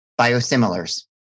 biosimilars